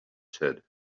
said